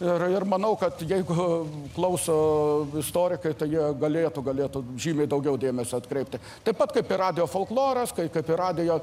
ir ir manau kad jeigu klauso istorikai tai jie galėtų galėtų žymiai daugiau dėmesio atkreipti taip pat kaip ir radijo folkloras kaip ir radijo